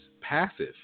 passive